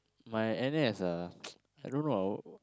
my N_S ah I don't know ah